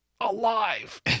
alive